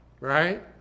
Right